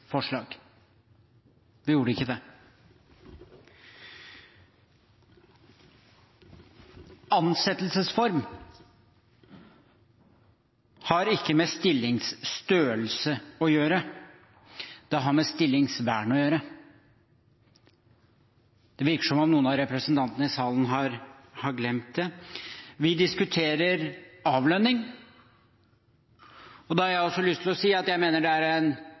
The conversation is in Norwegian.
forslag. Vi gjorde ikke det. Ansettelsesform har ikke med stillingsstørrelse å gjøre. Det har med stillingsvern å gjøre. Det virker som om noen av representantene i salen har glemt det. Vi diskuterer avlønning, og da har jeg også lyst til å si at jeg mener det er en